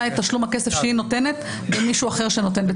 את תשלום הכסף שהיא נותנת במישהו אחר שנותן.